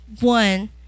one